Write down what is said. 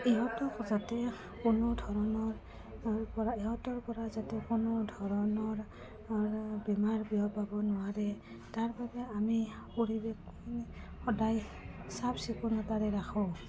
ইহঁতক যাতে কোনো ধৰণৰপৰা ইহঁতৰপৰা যাতে কোনো ধৰণৰ বেমাৰ বিয়পাব নোৱাৰে তাৰ বাবে আমি পৰিৱেশটো সদায় চাফ চিকুণতাৰে ৰাখোঁ